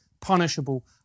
punishable